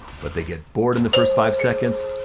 but they get bored in the first five seconds,